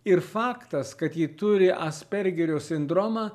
ir faktas kad ji turi aspergerio sindromą